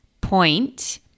point